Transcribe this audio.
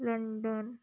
London